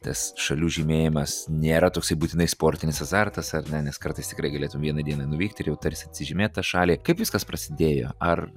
tas šalių žymėjimas nėra toksai būtinai sportinis azartas ar ne nes kartais tikrai galėtum vienai dienai nuvykt ir jau tarsi atsižymėt tą šalį kaip viskas prasidėjo ar